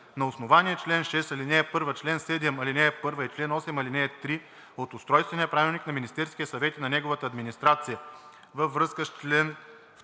На основание чл. 6, ал. 1, чл. 7, ал. 1 и чл. 8, ал. 3 от Устройствения правилник на Министерския съвет и на неговата администрация